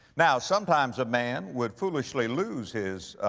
now sometimes a man would foolishly loose his,